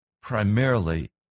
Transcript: primarily